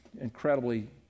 incredibly